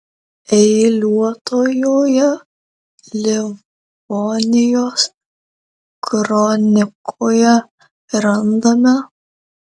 eiliuotojoje livonijos kronikoje randame